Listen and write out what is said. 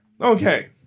Okay